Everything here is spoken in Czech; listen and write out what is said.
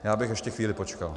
Já bych ještě chvíli počkal.